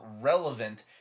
relevant